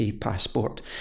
passport